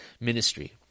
ministry